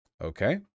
Okay